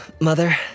Mother